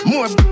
More